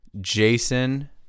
Jason